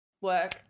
work